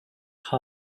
how